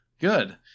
good